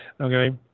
okay